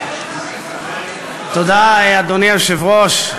תודה, אדוני היושב-ראש.